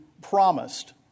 promised